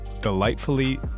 delightfully